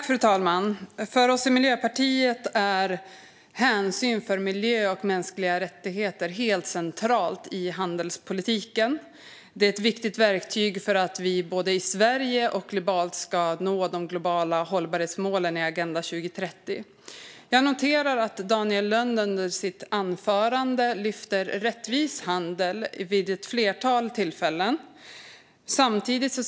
Fru talman! För oss i Miljöpartiet är hänsyn till miljö och mänskliga rättigheter helt centralt i handelspolitiken. Den är ett viktigt verktyg för att vi både i Sverige och globalt ska nå de globala hållbarhetsmålen i Agenda 2030. Jag noterade att Daniel Lönn tog upp rättvis handel vid ett flertal tillfällen i sitt anförande.